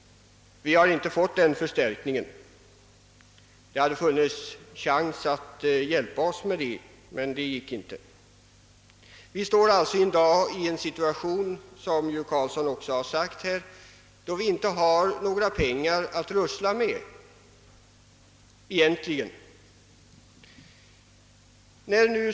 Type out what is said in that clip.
Vi har inte fått någon sådan förstärkning. Det fanns chans att hjälpa oss därmed, men det gjordes inte. Vi befinner oss alltså i dag, som herr Carlsson påpekade, i den situationen att vi inte har några skattemedel för detta ändamål.